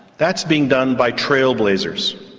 that's being done by trailblazers.